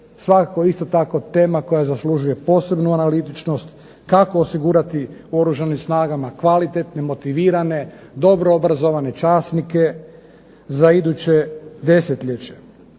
resursima također tema koja zaslužuje posebnu analitičnost, kako osigurati u Oružanim snagama kvalitetne, motivirane dobro obrazovane časnike za iduće desetljeće,